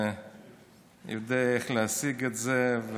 ויודע איך להשיג את זה.